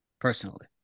Personally